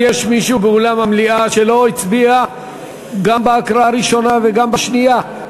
יש מישהו באולם המליאה שלא הצביע גם בהקראה הראשונה וגם בשנייה?